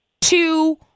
two